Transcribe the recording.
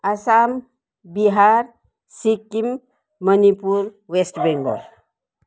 Assam Bihar Sikkim Manipur West Bengal